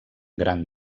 gran